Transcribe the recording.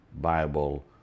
Bible